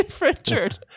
Richard